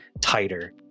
tighter